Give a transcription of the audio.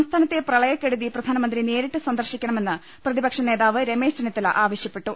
സംസ്ഥാനത്തെ പ്രളയക്കെടുതി പ്രധാനമന്ത്രി നേരിട്ട് സന്ദർശിക്കണമെന്ന് പ്രതിപക്ഷ നേതാവ് രമേശ് ചെന്നിത്തല ആവശ്യപ്പെട്ടു